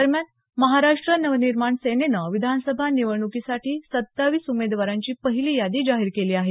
दरम्यान महाराष्ट्र नवनिर्माण सेनेनं विधानसभा निवडणुकीसाठी सत्तावीस उमेदवारांची पहिली यादी जाहीर केली आहे